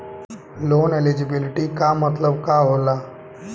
Loan eligibility का मतलब का होला?